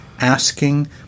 asking